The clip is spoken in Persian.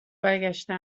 برگشته